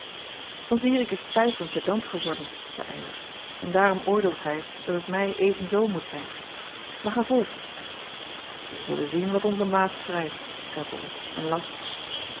an irik is stijf en pedant geworden zeî ylar en daarom oordeelt hij dat het mij even zoo moet zijn aar ga voort ij zullen zien wat onze maat schrijft zeî ol en las